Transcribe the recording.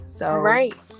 Right